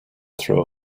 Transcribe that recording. through